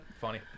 Funny